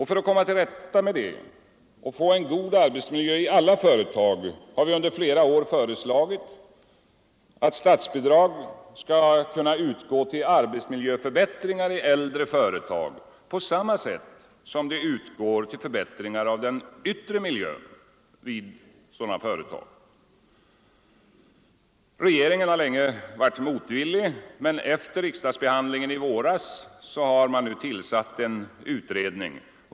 För att komma till rätta med detta och få en god arbetsmiljö i alla företag har vi under flera år föreslagit att statsbidrag skall kunna utgå till arbetsmiljöförbättringar i äldre företag på samma sätt som det utgår till förbättringar av den yttre miljön vid sådana företag. Regeringen har länge varit motvillig, men efter riksdagsbehandlingen i våras har den nu tillsatt en utredning.